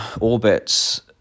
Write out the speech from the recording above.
orbits